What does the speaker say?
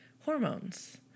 hormones